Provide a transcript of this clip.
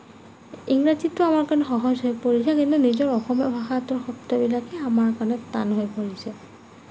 ইংৰাজীটো আমাৰ কাৰণে সহজ হৈ পৰিছে কিন্তু নিজৰ অসমীয়া ভাষাটোৰ শব্দবিলাকে আমাৰ কাৰণে টান হৈ পৰিছে